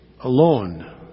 alone